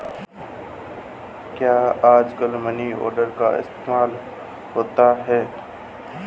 क्या आजकल money order का इस्तेमाल होता है?